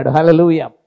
Hallelujah